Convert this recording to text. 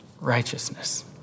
righteousness